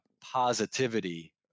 positivity